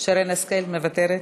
שרן השכל מוותרת.